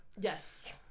Yes